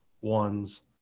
ones